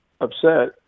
upset